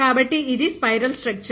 కాబట్టి ఇది spiral structure